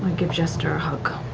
give jester a